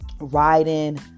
riding